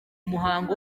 muhango